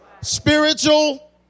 Spiritual